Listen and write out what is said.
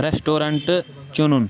restaurant چُنُن